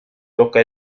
toca